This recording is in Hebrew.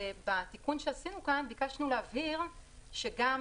בתיקון שעשינו כאן ביקשנו להבהיר שגם